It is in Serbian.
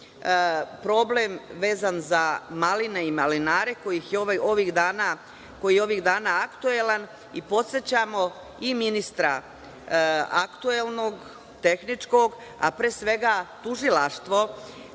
problem vezan za maline i malinare koji je ovih dana aktuelan i podsećamo i ministra aktuelnog, tehničkog, a pre svega tužilaštvo